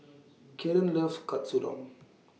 Kaeden loves Katsudon